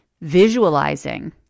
visualizing